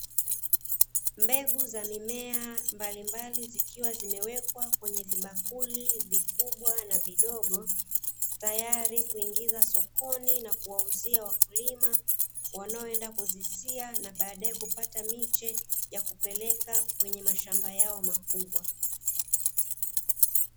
Mbegu za mimea mbalimbali zikiwa zimewekwa kwenye vibakuli vikubwa na vidogo, tayari kuingizwa sokoni na kuwauzia wakulima wanaoenda kuzisia na baadae kupata miche ya kupeleka kwenye mashamba yao makubwa.